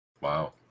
Wow